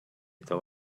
это